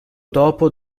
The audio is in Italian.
dopo